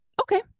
Okay